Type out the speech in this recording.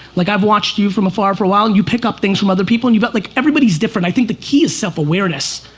like i've watched you from afar for a while, you pick up things from other people and you've got like, everybody's different. i think the key is self awareness.